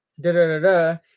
da-da-da-da